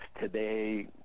today